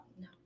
no